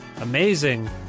Amazing